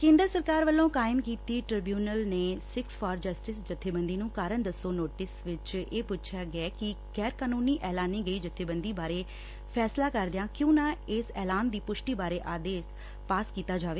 ਕੇਂਦਰ ਸਰਕਾਰ ਵੱਲੋਂ ਕਾਇਮ ਕੀਤੀ ਗਈ ਟ੍ਰਿਬਿਊਨਲ ਨੇ ਸਿੱਖਸ ਫਾਰ ਜਸਟਿਸ ਜੱਥੇਬੰਦੀ ਨੂੰ ਕਾਰਨ ਦਸੋ ਨੋਟਿਸ ਵਿਚ ਇਹ ਪੁੱਛਿਆ ਗਿਐ ਕਿ ਗੈਰਕਾਨੂੰਨੀ ਐਲਾਨੀ ਗਈ ਜਥੇਬੰਦੀ ਬਾਰੇ ਫੈਸਲਾ ਕਰਦਿਆਂ ਕਿਉਂ ਨਾ ਇਸ ਐਲਾਨ ਦੀ ਪੁਸ਼ਟੀ ਬਾਰੇ ਆਦੇਸ਼ ਪਾਸ ਕੀਤਾ ਜਾਵੇ